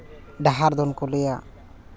ᱰᱟᱦᱟᱨ ᱫᱚᱱ ᱠᱚ ᱞᱟᱹᱭᱟ